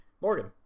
Morgan